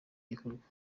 gikorwa